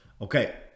Okay